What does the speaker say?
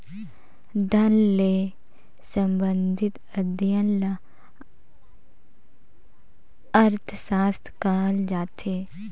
धन ले संबंधित अध्ययन ल अर्थसास्त्र कहल जाथे